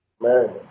Man